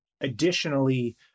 Additionally